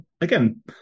again